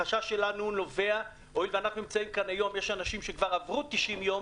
החשש שלנו נובע מכך שיש אנשים שכבר עברו את 90 הימים